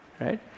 right